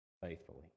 faithfully